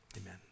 amen